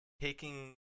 taking